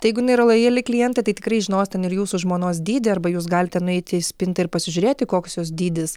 tai jeigu jinai yra lojali klientė tai tikrai žinos ten ir jūsų žmonos dydį arba jūs galite nueiti į spintą ir pasižiūrėti koks jos dydis